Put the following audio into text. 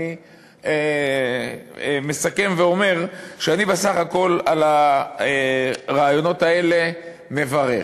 אני מסכם ואומר שאני בסך הכול על הרעיונות האלה מברך.